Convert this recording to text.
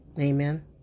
Amen